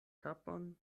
kapon